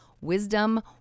wisdom